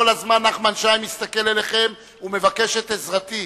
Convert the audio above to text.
כל הזמן נחמן שי מסתכל אליכם ומבקש את עזרתי.